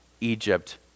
Egypt